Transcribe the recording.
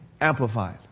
Amplified